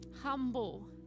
humble